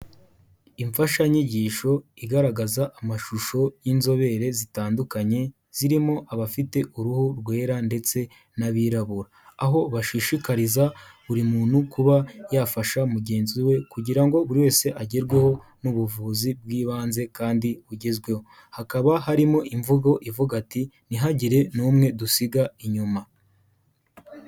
Imfashanyigisho igaragaza amashusho y'inzobere zitandukanye zirimo abafite uruhu rwera ndetse n'abirabura, aho bashishikariza buri muntu kuba yafasha mugenzi we kugira ngo buri wese agerweho n'ubuvuzi bw'ibanze kandi bugezweho, hakaba harimo imvugo ivuga ati ntihagire n'umwe dusiga inyuma.